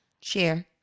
Share